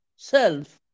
self